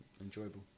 Enjoyable